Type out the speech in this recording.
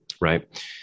right